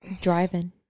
driving